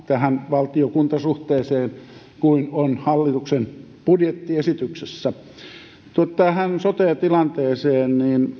tähän valtio kunta suhteeseen on sama kuin hallituksen budjettiesityksessä tähän sote tilanteeseen